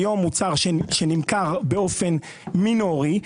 היום מוצר שנמכר באופן מינורי,